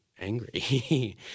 angry